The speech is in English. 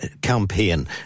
campaign